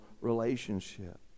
relationship